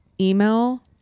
email